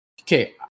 Okay